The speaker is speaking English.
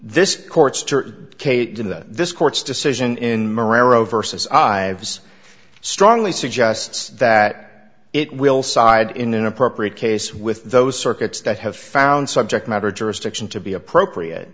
to this court's decision in verse as i was strongly suggests that it will side in an appropriate case with those circuits that have found subject matter jurisdiction to be appropriate